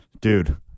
dude